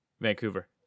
Vancouver